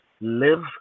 live